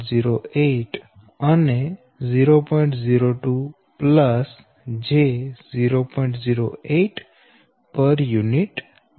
08 pu છે